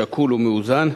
שקול ומאוזן.